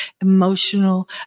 emotional